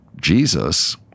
jesus